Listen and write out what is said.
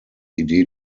idee